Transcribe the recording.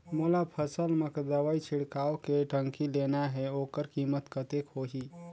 मोला फसल मां दवाई छिड़काव के टंकी लेना हे ओकर कीमत कतेक होही?